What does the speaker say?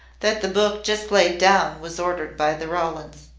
that the book just laid down was ordered by the rowlands.